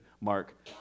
mark